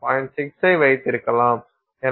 6 ஐ வைத்திருக்கலாம்